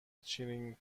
چرینگ